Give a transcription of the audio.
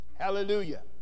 Hallelujah